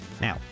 Now